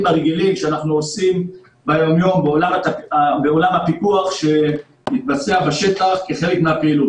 הרגילים שאנחנו עושים ביומיום בעולם הפיקוח שמתבצע בשטח כחלק מהפעילות.